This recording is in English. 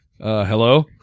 Hello